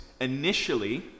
initially